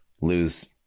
lose